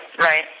Right